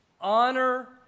Honor